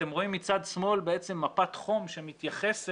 כשאתם רואים מצד שמאל בעצם מפת חום שמתייחסת